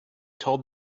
told